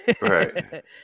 Right